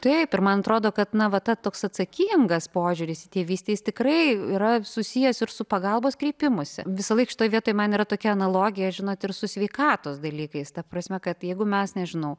taip ir man atrodo kad na va toks atsakingas požiūris į tėvystę jis tikrai yra susijęs ir su pagalbos kreipimusi visąlaik šitoj vietoj man yra tokia analogija žinot ir su sveikatos dalykais ta prasme kad jeigu mes nežinau